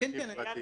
אנשים פרטיים,